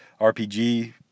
RPG